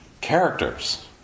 characters